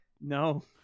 no